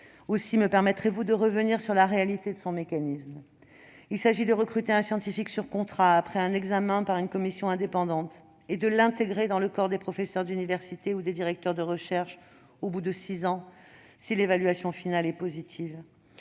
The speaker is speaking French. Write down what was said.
Aussi me permettrez-vous de revenir sur la réalité de son mécanisme : il s'agit de recruter un scientifique sur contrat, après un examen par une commission indépendante, et de l'intégrer dans le corps des professeurs d'université ou des directeurs de recherche au bout de six ans, si l'évaluation finale est positive.